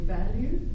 value